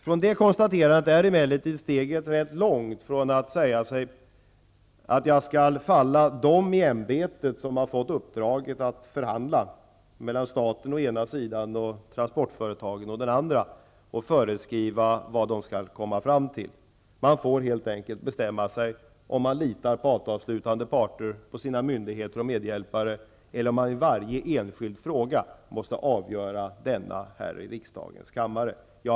Från att göra ett sådant konstaterande är emellertid steget rätt långt till att jag skulle falla dem i ämbetet som har fått i uppdrag att förhandla mellan staten å den ena sidan och transportföretagen å den andra och föreskriva vad dessa skall komma fram till. Man får helt enkelt bestämma sig. Endera litar man på avtalsslutande parter, på myndigheterna och på sina medhjälpare, eller också måste det i varje enskild fråga avgöras här i riksdagens kammare hur det skall vara.